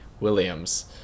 Williams